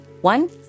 One